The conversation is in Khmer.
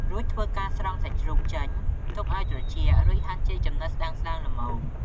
រួចធ្វើការស្រង់សាច់ជ្រូកចេញ ទុកឲ្យត្រជាក់ រួចហាន់ជាចំណិតស្តើងៗល្មម។